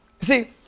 See